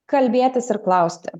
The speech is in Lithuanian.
kalbėtis ir klausti